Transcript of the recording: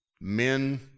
Men